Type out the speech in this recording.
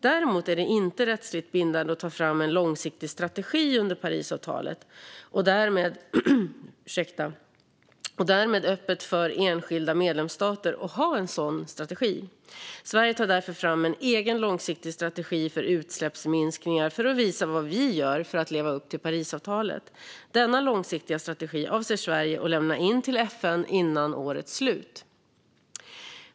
Däremot är det inte rättsligt bindande att ta fram en långsiktig strategi under Parisavtalet och därmed öppet för enskilda medlemsstater att ha en sådan strategi. Sverige tar därför fram en egen långsiktig strategi för utsläppsminskningar för att visa vad vi gör för att leva upp till Parisavtalet. Denna långsiktiga strategi avser Sverige att lämna in till FN före årets slut.